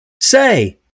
say